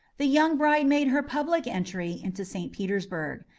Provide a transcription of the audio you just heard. the young bride made her public entry into st. petersburg.